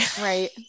Right